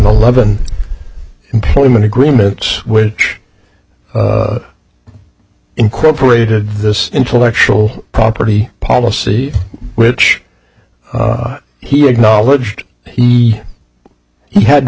eleven employment agreements which incorporated this intellectual property policy which he acknowledged he had to